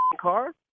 car